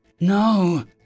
No